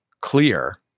clear